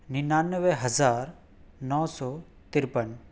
ننانوے ہزار نو سو تریپن